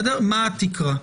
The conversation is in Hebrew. מה התקרה.